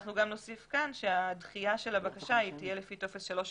אנחנו גם נוסיף כאן שהדחייה של הבקשה תהיה לפי טופס 3 שבתוספת.